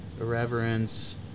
Irreverence